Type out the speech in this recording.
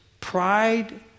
Pride